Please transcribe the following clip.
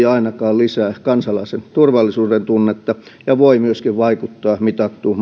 ainakaan lisää kansalaisen turvallisuudentunnetta ja voi myöskin vaikuttaa mitattuun